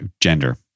gender